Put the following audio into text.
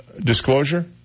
disclosure